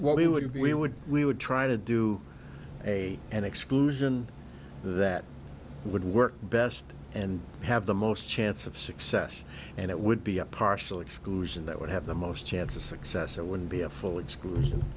we would be we would we would try to do a an exclusion that would work best and have the most chance of success and it would be a partial exclusion that would have the most chance of success it would be a